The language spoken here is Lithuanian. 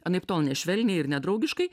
anaiptol ne švelniai ir ne draugiškai